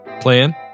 Plan